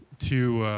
to